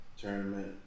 tournament